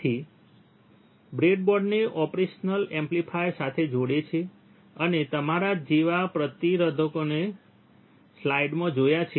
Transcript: તેથી તે બ્રેડબોર્ડને ઓપરેશનલ એમ્પ્લીફાયર સાથે જોડે છે અને તમારા જેવા પ્રતિરોધકોને સ્લાઇડમાં જોયા છે